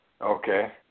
Okay